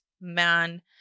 man